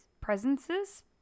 presences